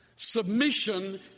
Submission